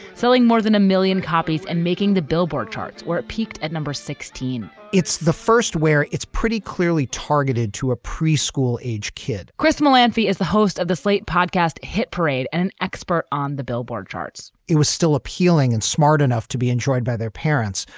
selling more than a million copies and making the billboard charts where it peaked at number sixteen point it's the first where it's pretty clearly targeted to a pre-school age kid chris m ah and a. is the host of the slate podcast hit parade. and an expert on the billboard charts it was still appealing and smart enough to be enjoyed by their parents.